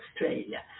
Australia